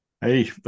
Hey